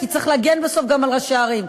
כי צריך להגן בסוף גם על ראשי ערים.